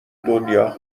دنیا